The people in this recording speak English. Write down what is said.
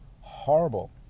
Horrible